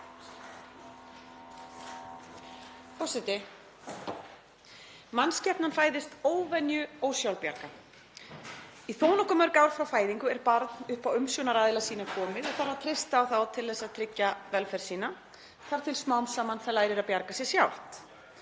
Forseti. Mannskepnan fæðist óvenjuósjálfbjarga. Í þó nokkuð mörg ár frá fæðingu er barn upp á umsjónaraðila sína komið og þarf að treysta á þá til að tryggja velferð sína þar til það lærir smám saman að bjarga sér sjálft.